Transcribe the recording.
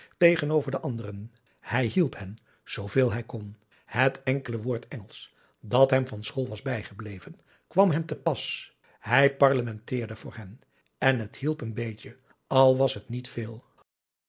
tegenover de anderen hij hielp hen zooveel hij kon het enkele woord engelsch dat hem van school was bijgebleven kwam hem te pas hij parlementeerde voor hen en het hielp n beetje al was het niet veel